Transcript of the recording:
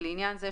לעניין זה,